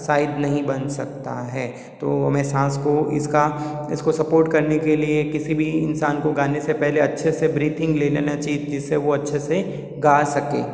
शायद नहीं बन सकता है तो हमें साँस को इसका इसको सपोर्ट करने के लिए किसी भी इंसान को गाने से पहले अच्छे से ब्रीथिंग ले लेना चहिए जिससे वो अच्छे से गा सकें